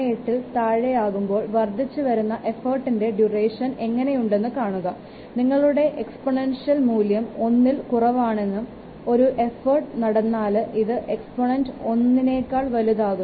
38 ൽ താഴെയാകുമ്പോൾ വർദ്ധിച്ചുവരുന്ന എഫോർട്ടിൻറെ ഡ്യൂറേഷൻ എങ്ങനെയുണ്ടെന്ന് കാണുക നിങ്ങളുടെ എക്സ്പോണൻഷ്യൽ മൂല്യം 1 ൽ കുറവാണെന്നും ഒരു എഫോർട്ട് നടന്നാൽ ഈ എക്സ്പോനൻറ് 1 നേക്കാൾ വലുതാകുന്നു